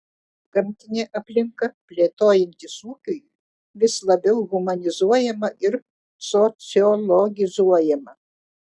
gamtinė aplinka plėtojantis ūkiui vis labiau humanizuojama ir sociologizuojama